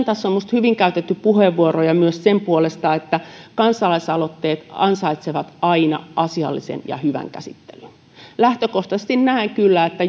tässä on minusta hyvin käytetty puheenvuoroja myös sen puolesta että kansalaisaloitteet ansaitsevat aina asiallisen ja hyvän käsittelyn lähtökohtaisesti näen kyllä että